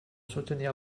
soutenir